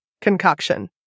concoction